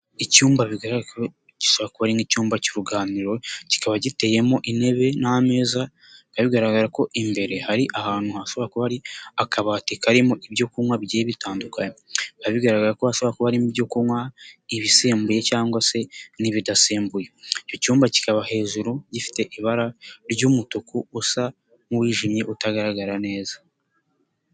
Icyumba bigaragara ko gishobora kuba ari nk'icyumba cy'uruganiriro, kikaba giteyemo intebe n'ameza, bika bigaragara ko imbere hari ahantu hashobora kuba hari akabati karimo ibyo kunywa bigiye bitandukanye, bikaba bigaragara ko hashobora kubamo ibyo kunywa, ibisembuye cyangwa se n'ibidasembuye, icyo cyumba kikaba hejuru gifite ibara ry'umutuku usa nk'uwijimye utagaragara neza.